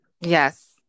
Yes